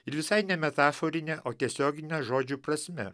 ir visai ne metaforine o tiesiogine žodžio prasme